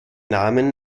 namen